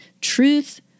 truth